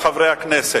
חברי חברי הכנסת,